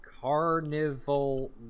Carnival